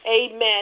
amen